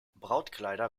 brautkleider